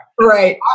Right